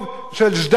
של ז'דנוב,